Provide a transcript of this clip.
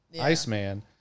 Iceman